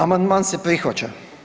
Amandman se prihvaća.